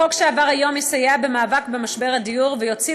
החוק שעבר היום יסייע במאבק במשבר הדיור ויוציא